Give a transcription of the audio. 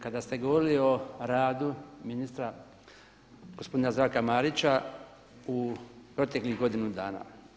Kada ste govorili o radu ministra gospodina Zdravka Marića u proteklih godinu dana.